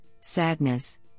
sadness